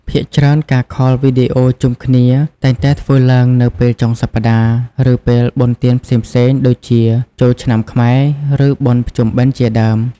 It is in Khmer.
ភាគច្រើនការខលវីដេអូជុំគ្នាតែងតែធ្វើឡើងនៅពេលចុងសប្ដាហ៍ ឬពេលបុណ្យទានផ្សេងៗដូចជាចូលឆ្នាំខ្មែរ ឬបុណ្យភ្ជុំបិណ្ឌជាដើម។